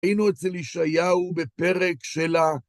היינו אצל ישעיהו בפרק של ה...